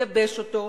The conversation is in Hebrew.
לייבש אותו,